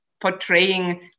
portraying